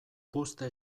puzte